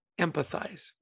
empathize